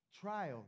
trial